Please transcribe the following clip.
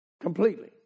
completely